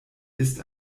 ist